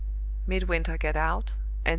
midwinter got out,